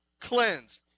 cleansed